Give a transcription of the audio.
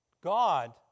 God